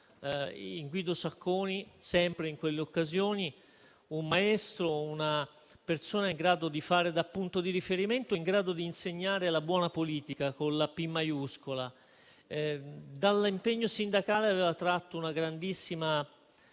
in Guido Sacconi, sempre in quelle occasioni, un maestro, una persona in grado di fare da punto di riferimento e di insegnare la buona politica, con la P maiuscola. Dall'impegno sindacale aveva tratto una grandissima